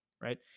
right